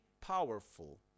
powerful